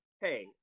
hey